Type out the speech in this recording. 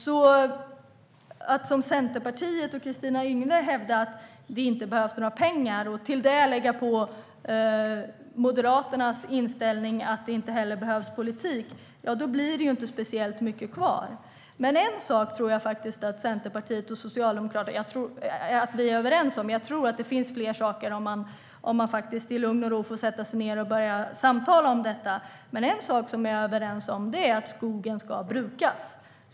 Om man som Centerpartiet och Kristina Yngwe hävdar att det inte behövs några pengar och till det lägger Moderaternas inställning att inte heller politik behövs blir det inte speciellt mycket kvar. Men en sak tror jag faktiskt att Centerpartiet och Socialdemokraterna är överens om. Jag tror att det finns fler saker, om man får sätta sig ned i lugn och ro och börja samtala om detta, men en sak är att skogen ska brukas.